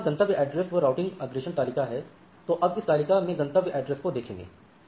हमारे पास गंतव्य एड्रेस एवं राऊटिग अग्रेषण तालिका है तो अब इस तालिका में गंतव्य एड्रेस को देखेंगे